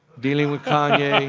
dealing with kanye,